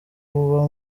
vuba